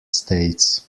states